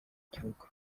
gihugu